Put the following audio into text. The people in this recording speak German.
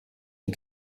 die